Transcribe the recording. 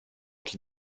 qui